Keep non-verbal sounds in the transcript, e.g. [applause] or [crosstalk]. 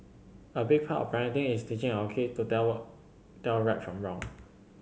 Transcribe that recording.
a big part of parenting is teaching our kid to tell [unintelligible] tell right from wrong